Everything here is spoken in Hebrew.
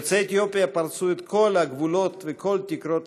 יוצאי אתיופיה פרצו את כל הגבולות ואת כל תקרות